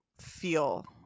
feel